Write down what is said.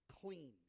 clean